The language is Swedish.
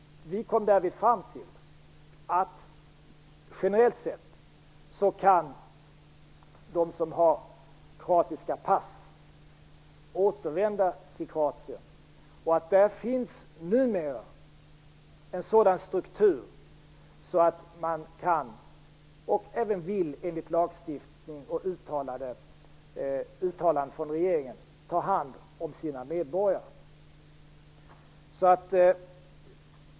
Vi kom därvid fram till att de som har kroatiska pass generellt sett kan återvända till Kroatien. Där finns numera en sådan struktur att man kan, och enligt lagstiftning och uttalanden från regeringen även vill, ta hand om sina medborgare.